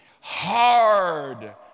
hard